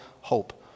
hope